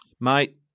Mate